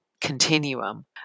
continuum